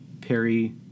Perry